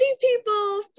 people